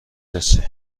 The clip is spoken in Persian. رسی